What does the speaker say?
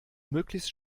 möglichst